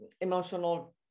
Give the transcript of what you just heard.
emotional